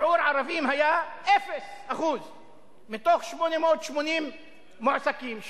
0% מ-880 מועסקים.